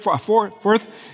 fourth